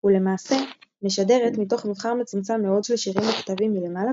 ולמעשה משדרת מתוך מבחר מצומצם מאוד של שירים מוכתבים מלמעלה,